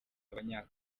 abanya